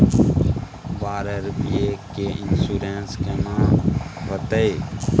बारह रुपिया के इन्सुरेंस केना होतै?